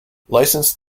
licensed